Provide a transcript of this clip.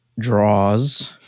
draws